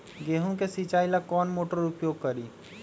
गेंहू के सिंचाई ला कौन मोटर उपयोग करी?